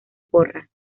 porras